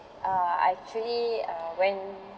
uh I actually uh went